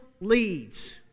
Leads